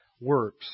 works